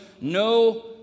no